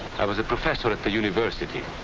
i was a professor at the university.